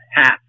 half